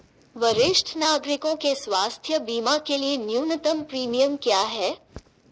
वरिष्ठ नागरिकों के स्वास्थ्य बीमा के लिए न्यूनतम प्रीमियम क्या है?